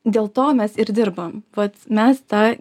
dėl to mes ir dirbam vat mes ta